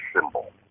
symbol